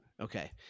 Okay